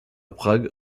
prague